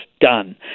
done